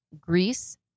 Greece